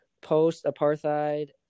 post-apartheid